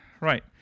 Right